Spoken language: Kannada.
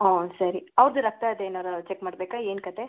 ಹಾಂ ಸರಿ ಅವ್ರ್ದು ರಕ್ತದ್ದೇನಾರು ಚೆಕ್ ಮಾಡಬೇಕಾ ಏನು ಕತೆ